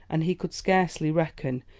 and he could scarcely reckon,